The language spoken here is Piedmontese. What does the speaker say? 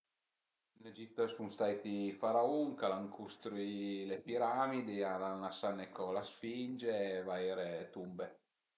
Ën Egitto a sun stait i faraun, ch'al an custruì le piramidi e al an lasane co la sfinge e vaire tumbe